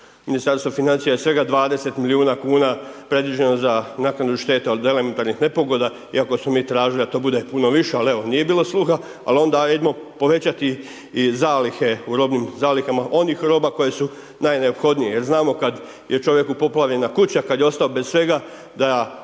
Ministarstvu financija je svega 20 milijuna kuna predviđeno za naknadu šteta od elementarnih nepogoda iako smo mi tražili da to bude puno više ali evo, nije bilo sluha ali onda ajmo povećati i zalihe u robnim zalihama onih roba koje su najneophodnije jer znamo kad je čovjeku poplavljena kuća, kad je ostao bez svega, da